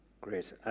Great